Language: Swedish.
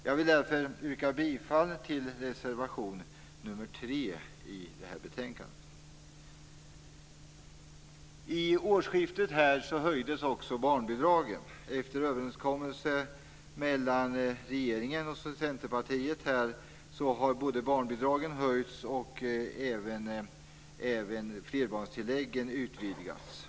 Jag vill därför yrka bifall till reservation nr 3 till betänkandet. Vid årsskiftet höjdes också barnbidragen. Efter en överenskommelse mellan regeringen och Centerpartiet har både barnbidragen höjts och flerbarnstillägget utvidgats.